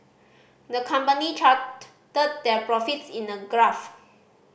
the company charted their profits in a graph